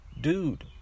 dude